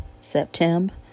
September